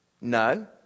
No